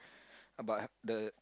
about hap~ the